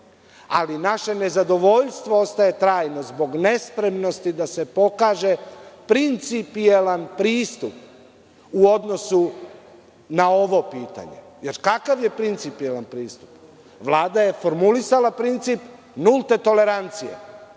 Ali, naše nezadovoljstvo ostaje trajno zbog nespremnosti da se pokaže principijelan pristup u odnosu na ovo pitanje, jer kakav je principijelan pristup. Vlada je formulisala princip nulte tolerancije